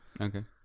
Okay